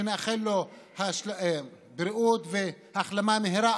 שנאחל לו בריאות והחלמה מהירה,